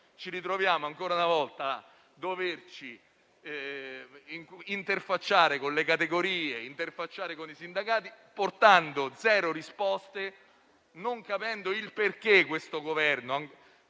ci ritroviamo ancora una volta a doverci interfacciare con le categorie e con i sindacati portando zero risposte, non capendo perché questo Governo